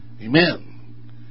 Amen